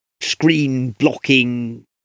screen-blocking